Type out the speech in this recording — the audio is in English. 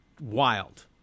wild